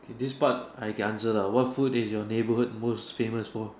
this part I can answer lah what food is your neighborhood most famous for